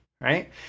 right